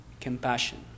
compassion